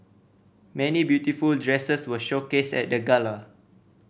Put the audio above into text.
many beautiful dresses were showcased at the gala